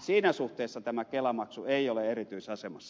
siinä suhteessa tämä kelamaksu ei ole erityisasemassa